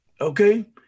Okay